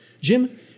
Jim